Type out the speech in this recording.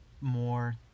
more